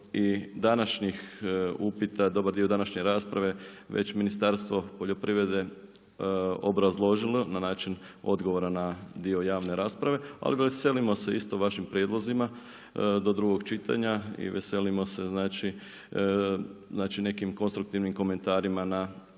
i današnjih upita, dobar dio današnje rasprave već Ministarstvo poljoprivrede obrazložilo na način odgovora na dio javne rasprave. Ali veselimo se isto vašim prijedlozima do drugog čitanja i veselimo se znači nekim konstruktivnim komentarima na